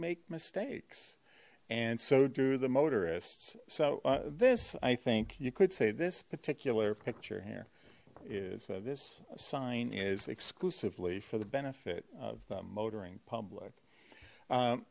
make mistakes and so do the motorists so this i think you could say this particular picture here this sign is exclusively for the benefit of the motoring public